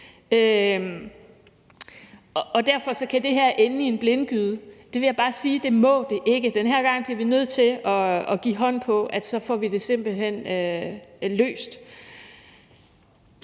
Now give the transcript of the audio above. Og derfor kan det her ende i en blindgyde, og jeg vil bare sige: Det må det ikke. Den her gang bliver vi nødt til at give hinanden hånd på, at så får vi det simpelt hen løst.